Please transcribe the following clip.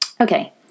Okay